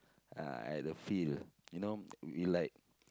uh at a field you know we like